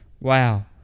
wow